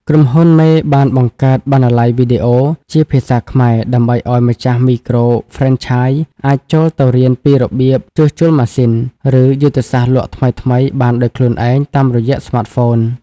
ក្រុមហ៊ុនមេបានបង្កើត "បណ្ណាល័យវីដេអូ" ជាភាសាខ្មែរ ដើម្បីឱ្យម្ចាស់មីក្រូហ្វ្រេនឆាយអាចចូលទៅរៀនពីរបៀបជួសជុលម៉ាស៊ីន ឬយុទ្ធសាស្ត្រលក់ថ្មីៗបានដោយខ្លួនឯងតាមរយៈស្មាតហ្វូន។